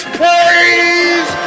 praise